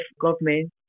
government